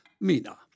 Mina